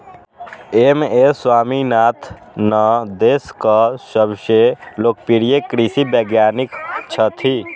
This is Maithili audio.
एम.एस स्वामीनाथन देशक सबसं लोकप्रिय कृषि वैज्ञानिक छथि